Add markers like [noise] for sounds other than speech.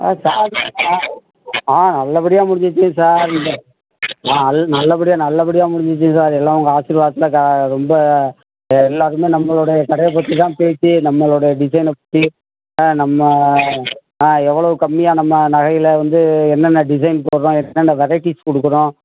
ஆ [unintelligible] ஆ ஆ நல்லபடியாக முடிஞ்சிடுச்சு சார் இந்த ஆ அது நல்லபடியாக நல்லபடியாக முடிஞ்சுடுச்சி சார் எல்லாம் உங்கள் ஆசீர்வாதத்தில் கா ரொம்ப எல்லோருமே நம்மளோடைய கடையை பற்றி தான் பேச்சி நம்மளோடைய டிசைனை பற்றி நம்ம ஆ எவ்வளோவு கம்மியாக நம்ம நகையில் வந்து என்னென்ன டிசைன் போட்டுறோம் என்னென்ன வெரைட்டிஸ் கொடுக்கறோம்